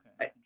Okay